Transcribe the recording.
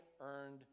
earned